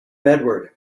edward